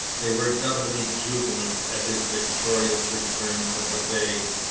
they were doubly jubilant at his victorious return from the bay.